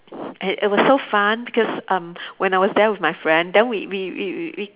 and it was so fun because um when I was there with my friend then we we we we we